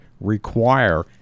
require